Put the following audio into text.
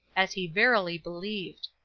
as he verily believed.